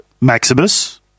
Maximus